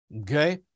Okay